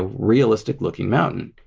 realistic looking mountain.